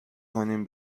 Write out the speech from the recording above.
کنیم